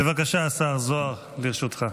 בבקשה, השר זוהר, לרשותך.